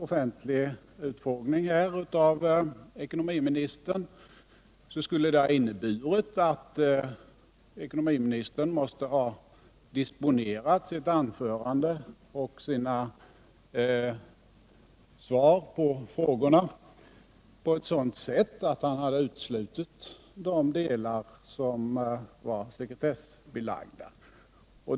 Om utfrågningen varit offentlig, skulle ekonomiministern ha fått disponera sitt anförande och sina svar på frågorna på ett sådant sätt att han uteslutit de delar som var sekretessbelagda.